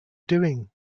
doing